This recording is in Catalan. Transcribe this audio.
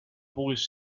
puguis